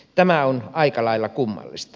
tämä on aika lailla kummallista